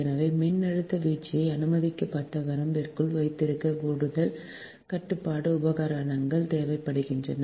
எனவே மின்னழுத்த வீழ்ச்சியை அனுமதிக்கப்பட்ட வரம்பிற்குள் வைத்திருக்க கூடுதல் கட்டுப்பாட்டு உபகரணங்கள் தேவைப்படுகின்றன